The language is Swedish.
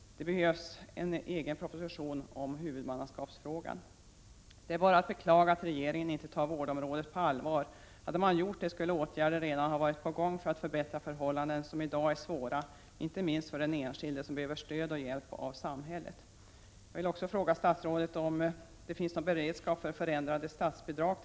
Det behövs en särskild proposition om huvudmannaskapsfrågan. Det är bara att beklaga att regeringen inte tar vårdområdet på allvar. Hade man gjort det skulle åtgärder redan ha varit på gång för att förbättra förhållanden som i dag är svåra, inte minst för den enskilde som behöver stöd och hjälp av samhället.